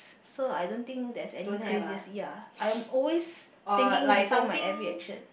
so I don't think there is any craziest ya I am always thinking before my every action